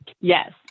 Yes